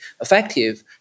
effective